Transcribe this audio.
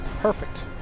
Perfect